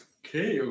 okay